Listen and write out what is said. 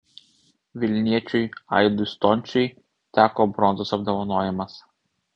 vilniečiui aidui stončiui teko bronzos apdovanojimas